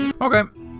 Okay